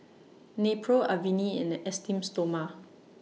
Nepro Avene and Esteem Stoma